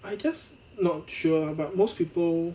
I just not sure but most people